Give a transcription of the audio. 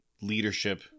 leadership